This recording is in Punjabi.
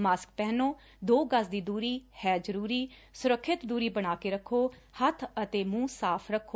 ਮਾਸਕ ਪਹਿਨੋ ਦੋ ਗਜ਼ ਦੀ ਦੂਰੀ ਹੈ ਜ਼ਰੂਰੀ ਸੁਰੱਖਿਅਤ ਦੂਰੀ ਬਣਾ ਕੇ ਰਖੋ ਹੱਬ ਅਤੇ ਮੁੰਹ ਸਾਫ਼ ਰੱਖੋ